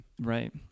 Right